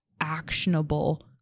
actionable